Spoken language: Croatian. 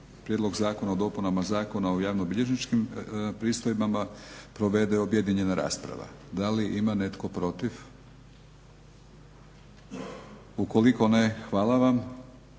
prijedlog Zakona o dopuni Zakona o javnobilježničkim pristojbama provede objedinjena rasprava. Da li ima netko protiv? Ukoliko ne, hvala vam.